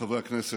חברי הכנסת,